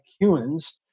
humans